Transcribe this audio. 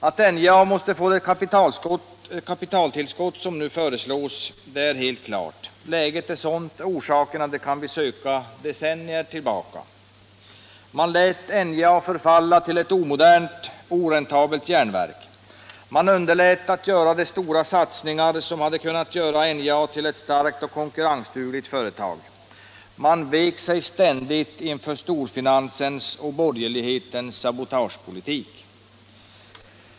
Att NJA måste få det kapitaltillskott som nu föreslås är helt klart. Läget är sådant. Orsakerna kan vi söka decennier tillbaka. Man lät NJA förfalla till ett omodernt, oräntabelt järnverk. Man underlät att göra de stora satsningar som hade kunnat göra NJA till ett starkt och konkurrensdugligt företag. Man vek sig ständigt inför storfinansens och borgerlighetens sabotagepolitik.